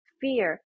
fear